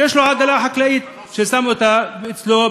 שיש לו עגלה חקלאית שהוא שם אותה אצלו,